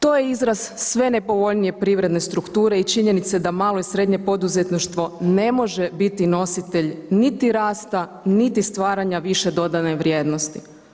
To je izraz sve nepovoljnije privredne strukture i činjenice da malo i srednje poduzetništvo ne može biti nositelj niti rasta, niti stvaranja više dodane vrijednosti.